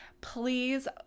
please